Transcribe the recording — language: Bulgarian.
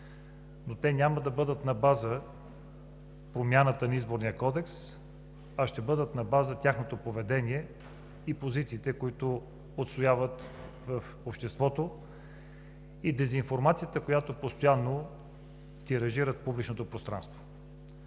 но тя няма да бъде на база промяната на Изборния кодекс, а на база тяхното поведение и позициите, които отстояват в обществото, и дезинформацията, която постоянно тиражират в публичното пространство,